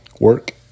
work